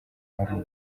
ari